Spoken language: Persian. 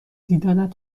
دیدنت